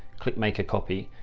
click, make a copy,